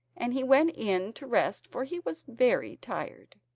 and he went in to rest for he was very tired.